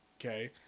Okay